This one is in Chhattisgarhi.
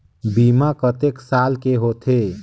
बीमा कतेक साल के होथे?